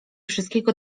wszystkiego